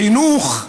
חינוך,